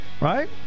right